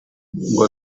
ngo